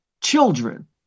children